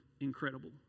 incredible